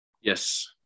Yes